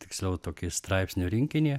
tiksliau tokį straipsnių rinkinį